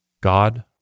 God